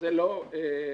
זה לא סיפור.